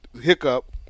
hiccup